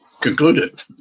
concluded